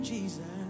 Jesus